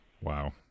wow